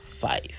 five